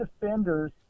defenders